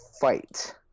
fight